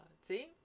See